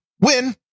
win